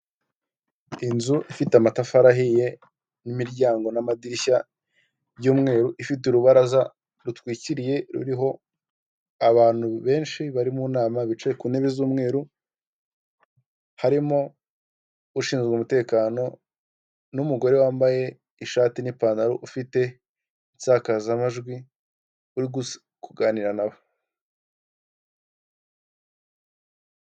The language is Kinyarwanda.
Inzu ifite amatafari ahiye n'imiryango n'amadirishya by'umweru ifite urubaraza rutwikiriye ruriho abantu benshi bari mu nama bicaye ku ntebe z'umweru, harimo ushinzwe umutekano n'umugore wambaye ishati n'ipantaro ufite insakazamajwi uri kuganira nabo.